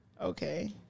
Okay